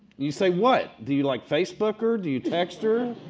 you say, what, do you like facebook her, do you text her?